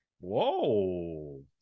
Whoa